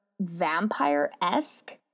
vampire-esque